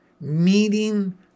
meeting